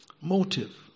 Motive